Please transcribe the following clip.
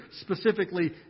specifically